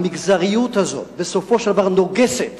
המגזריות הזאת בסופו של דבר נוגסת